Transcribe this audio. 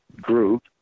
group